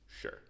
Sure